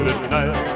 tonight